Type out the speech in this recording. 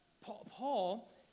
Paul